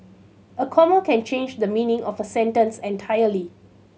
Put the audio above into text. a comma can change the meaning of a sentence entirely